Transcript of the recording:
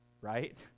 right